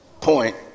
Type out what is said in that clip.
point